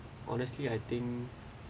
honestly I think